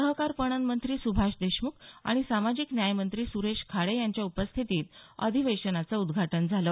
सहकार पणन मंत्री सुभाष देशमुख आणि सामाजिक न्याय मंत्री सुरेश खाडे यांच्या उपस्थितीत अधिवेशनाचं उद्घाटन झालं